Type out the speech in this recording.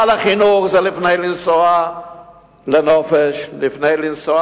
הישר, לאורך כל עשרות שנותי בצבא.